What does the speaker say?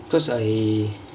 cause I